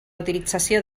utilització